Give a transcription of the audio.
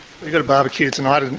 you've got a barbecue tonight? and